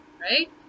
right